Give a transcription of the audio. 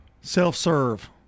Self-serve